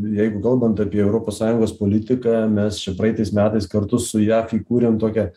jeigu kalbant apie europos sąjungos politiką mes čia praeitais metais kartu su jav įkūrėm tokią